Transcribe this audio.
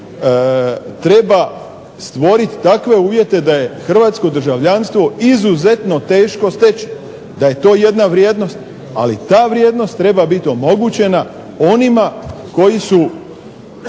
hrvatsko državljanstvo izuzetno teško steći, da je to jedna vrijednost. Ali ta vrijednost treba biti omogućena onima koji su